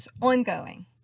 Ongoing